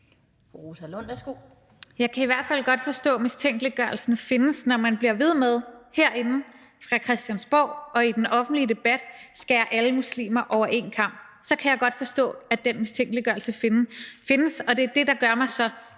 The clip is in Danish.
Jeg kan i hvert fald godt forstå, at mistænkeliggørelsen findes, når man bliver ved med herinde på Christiansborg og i den offentlige debat at skære alle muslimer over en kam. Så kan jeg godt forstå, at den mistænkeliggørelse findes, og det er det, der gør mig så